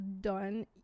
done